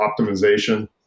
optimization